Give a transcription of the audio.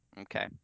Okay